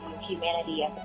humanity